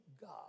God